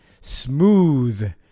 smooth